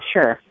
Sure